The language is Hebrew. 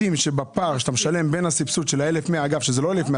בפער שאתה משלם בין הסבסוד של ה-1,100 שזה לא 1,100,